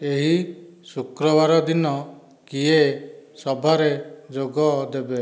ଏହି ଶୁକ୍ରବାର ଦିନ କିଏ ସଭାରେ ଯୋଗଦେବେ